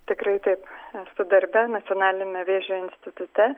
tikrai taip esu darbe nacionaliniame vėžio institute